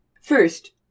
First